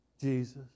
Jesus